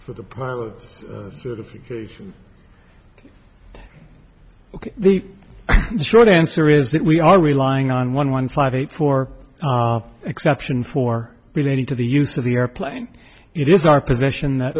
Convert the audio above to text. for the pilots certification ok the short answer is that we are relying on one one five eight four exception for relating to the use of the airplane it is our position that